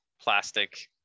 plastic